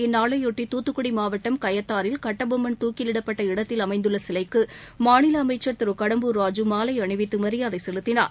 இந்நாளையொட்டி துத்துக்குடிமாவட்டம் கயத்தாறில் கட்டபொம்மன் துக்கிலிடப்பட்ட இடக்கில் அமைந்துள்ளசிலைக்குமாநிலஅமைச்சர் திருகடம்பூர் ராஜு மாலைஅணிவித்தமரியாதைசெலுத்தினார்